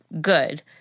good